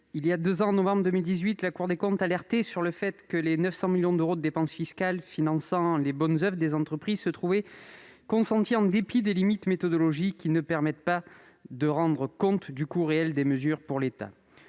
Voilà deux ans, en novembre 2018, la Cour des comptes nous alertait sur le fait que les 900 millions d'euros de dépenses fiscales finançant les bonnes oeuvres des entreprises se trouvaient consentis en dépit de limites méthodologiques qui ne permettent pas de rendre compte du coût réel des mesures pour l'État.